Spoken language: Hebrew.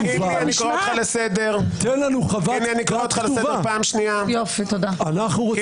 תגיד לי, אני לא מבין, שמחה, יש